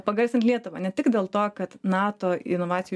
pagarsint lietuvą ne tik dėl to kad nato inovacijų